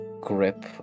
grip